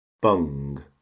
bung